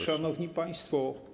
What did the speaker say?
Szanowni Państwo!